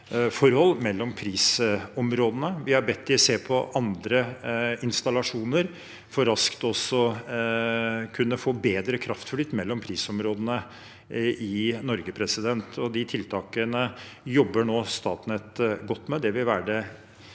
prisforhold mellom prisområdene. Vi har bedt dem se på andre installasjoner for raskt å kunne få bedre kraftflyt mellom prisområdene i Norge. De tiltakene jobber nå Statnett godt med. Det vil være